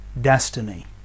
Destiny